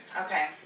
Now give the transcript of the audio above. Okay